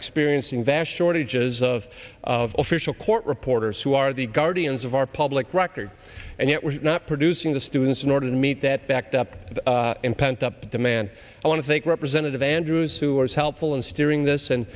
experiencing vash shortages of of official court reporters who are the guardians of our public record and yet we're not producing the students in order to meet that backed up in pent up demand i want to take representative andrews who are as helpful in steering this and